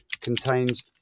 contains